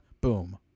boom